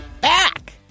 back